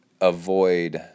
avoid